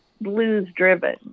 blues-driven